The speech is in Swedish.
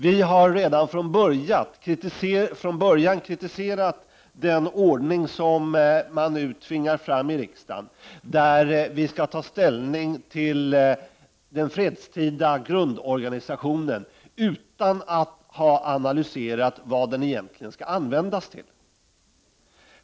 Vi har redan från början kritiserat den ordning som man nu tvingar fram i riksdagen, där vi skall ta ställning till den fredstida grundorganisationen utan att ha analyserat vad den egentligen skall användas till.